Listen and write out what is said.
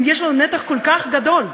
אם יש לנו נתח כל כך גדול,